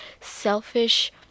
selfish